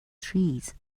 trees